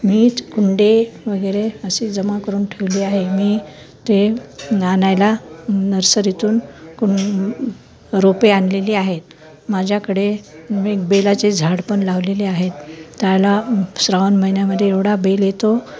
मीच कुंडे वगैरे अशी जमा करून ठेवली आहे मी ते आणायला नर्सरीतून कुं रोपे आणलेली आहेत माझ्याकडे मी बेलाचे झाड पण लावलेले आहेत त्याला श्रावण महिन्यामध्ये एवढा बेल येतो